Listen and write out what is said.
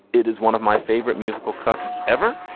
it is one of my favorite musical cuts ever.